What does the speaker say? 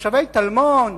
שתושבי טלמון ונחליאל,